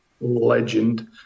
legend